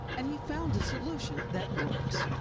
and he found a solution that works.